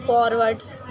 forward